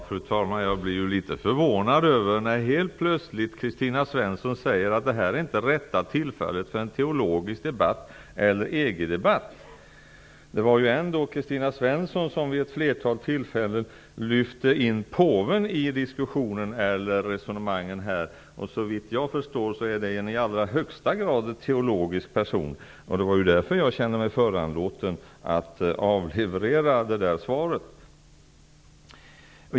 Fru talman! Jag blir litet förvånad när Kristina Svensson helt plötsligt säger att detta inte är rätta tillfället för en teologisk debatt eller en EU-debatt. Det var ändå Kristina Svensson som vid ett flertal tillfällen lyfte fram påven i diskussionen. Såvitt jag förstår är det en i allra högsta grad teologisk person. Det var ju därför som jag kände mig föranlåten att avleverera mitt svar.